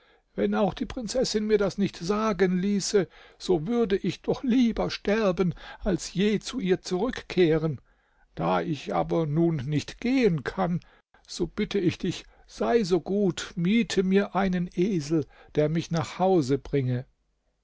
wenn auch die prinzessin mir das nicht sagen ließe so würde ich doch lieber sterben als je zu ihr zurückkehren da ich aber nun nicht gehen kann so bitte ich dich sei so gut miete mir einen esel der mich nach hause bringe